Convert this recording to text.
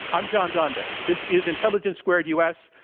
i'm john donvan. this is intelligence squared u. s.